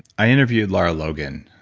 i interviewed lara logan,